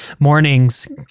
mornings